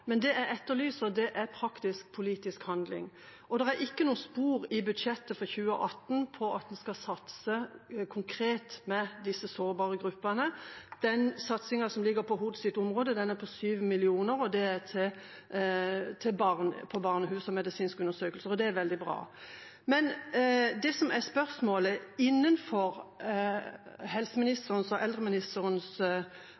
Det jeg etterlyser, er praktisk politisk handling, og det er ikke noe spor i budsjettet for 2018 av at en skal satse konkret på disse sårbare gruppene. Den satsingen som ligger på hennes område, er på 7 mill. kr. Det er til barnehus og medisinske undersøkelser, og det er veldig bra. Men innenfor helseministerens – og eldreministerens – ansvarsområde er det altså store utfordringer, og det er